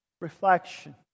Reflection